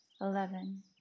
Eleven